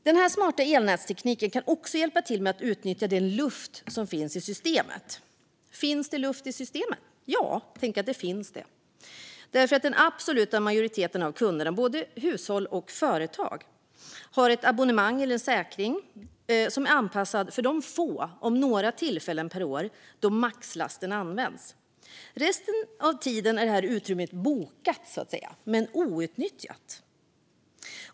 Den här smarta elnätstekniken kan också hjälpa till att utnyttja den luft som finns i elsystemet. Finns det luft i elsystemet? Ja, tänk att det gör det. Den absoluta majoriteten av kunderna, både hushåll och företag, har ett abonnemang eller en säkring som är anpassad för de få om några tillfällen per år då maxlasten används. Resten av tiden är det här utrymmet bokat, så att säga, men outnyttjat.